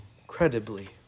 incredibly